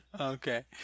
Okay